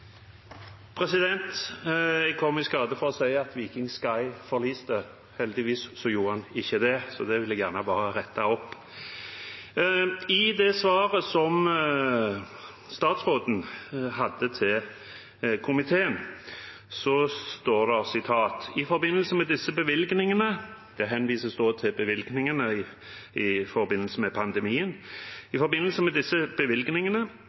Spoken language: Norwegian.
å si at «Viking Sky» forliste. Heldigvis gjorde den ikke det, så det vil jeg gjerne ha rettet opp. I det svaret som statsråden ga til komiteen, står det: «I forbindelse med disse bevilgningene» – det henvises da til bevilgningene i forbindelse med pandemien